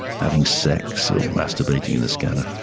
having sex or masturbating in the scanner,